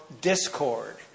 discord